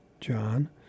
John